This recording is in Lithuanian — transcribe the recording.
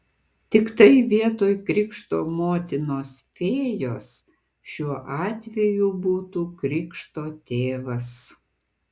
tiktai vietoj krikšto motinos fėjos šiuo atveju būtų krikšto tėvas